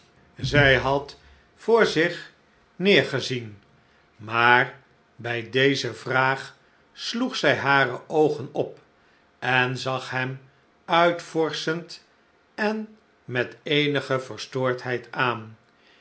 zij had voor zich neergezien maar bij deze vraag sloeg zij hare oogen op en zag hem uitvorschend en met eenige verstoordheid aan